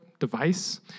device